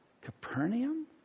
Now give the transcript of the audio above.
Capernaum